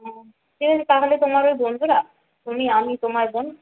হ্যাঁ ঠিক আছে তাহলে তোমার ওই বন্ধুরা তুমি আমি তোমার বোন